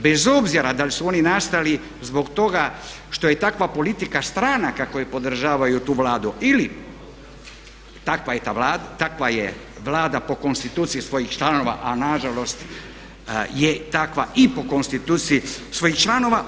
Bez obzira da li su oni nastali zbog toga što je takva politika strana kako i podržavaju tu Vladu ili takva je Vlada po konstituciji svojih članova a nažalost je takva i po konstituciji svojih članova.